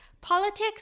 politics